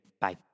Bye